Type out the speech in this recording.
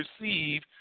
receive